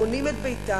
בונים את ביתם,